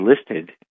listed